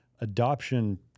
adoption